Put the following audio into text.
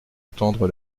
attendre